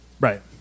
Right